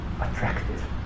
attractive